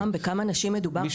נעם, בכמה נשים מדובר?